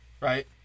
right